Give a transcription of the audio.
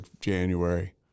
January